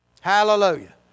Hallelujah